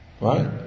Right